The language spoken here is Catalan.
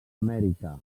amèrica